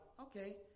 okay